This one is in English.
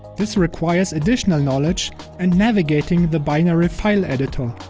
this requires additional knowledge and navigating the binary file editor.